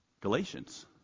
Galatians